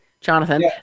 Jonathan